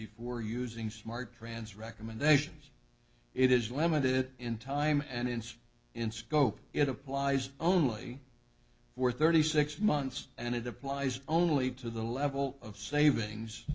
before using smart trans recommendations it is limited in time and inspire in scope it applies only for thirty six months and it applies only to the level of savings